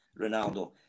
Ronaldo